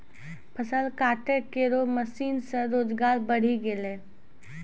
फसल काटै केरो मसीन सें रोजगार बढ़ी गेलै